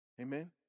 Amen